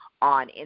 On